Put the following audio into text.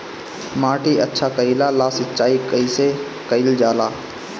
माटी अच्छा कइला ला सिंचाई कइसे कइल जाला?